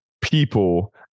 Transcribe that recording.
people